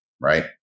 Right